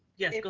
yes.